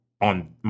on